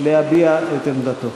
להביע את עמדתו.